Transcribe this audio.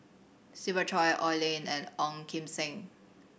Siva Choy Oi Lin and Ong Kim Seng